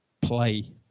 play